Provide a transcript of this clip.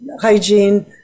hygiene